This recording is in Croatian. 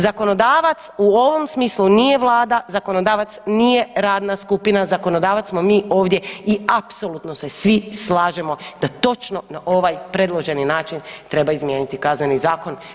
Zakonodavac u ovom smislu nije Vlada, zakonodavac nije radna skupina, zakonodavac smo mi ovdje i apsolutno se svi slažemo da točno na ovaj predloženi način treba izmijeniti Kazneni zakon.